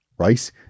Right